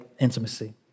intimacy